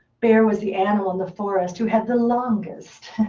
bear was the animal in the forest who had the longest,